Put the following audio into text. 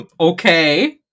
Okay